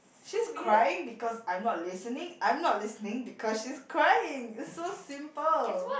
she's crying because I'm not listening I'm not listening because she's crying it's so simple